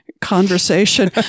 conversation